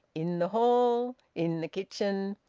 in the hall, in the kitchen,